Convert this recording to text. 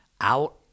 out